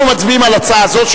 אנחנו מצביעים על ההצעה הזאת,